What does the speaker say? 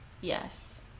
yes